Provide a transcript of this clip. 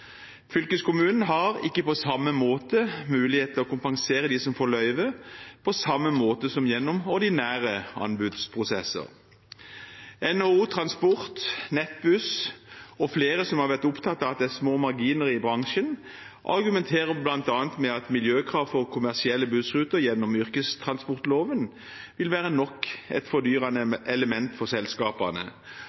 Fylkeskommunen har ikke mulighet til å kompensere dem som har løyve, på samme måte som gjennom ordinære anbudsprosesser. NHO Transport, Nettbuss og flere som har vært opptatt av at det er små marginer i bransjen, argumenterer bl.a. med at miljøkrav for kommersielle bussruter – gjennom yrkestransportloven – vil være nok et fordyrende element for selskapene,